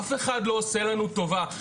אף אחד לא עושה לנו טובה.